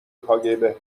کاگب